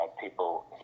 people